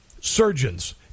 surgeons